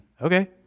Okay